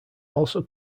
also